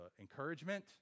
encouragement